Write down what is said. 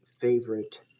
favorite